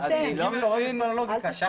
אני חוזר ושואל.